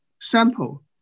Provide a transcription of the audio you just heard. sample